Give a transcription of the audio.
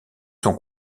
sont